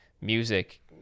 music